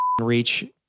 reach